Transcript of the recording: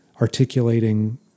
articulating